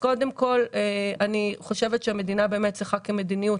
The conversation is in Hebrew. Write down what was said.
קודם כל, אני חושבת שהמדינה באמת צריכה כמדיניות